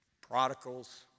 Prodigals